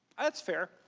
that's fair.